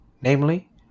Namely